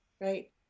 Right